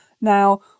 Now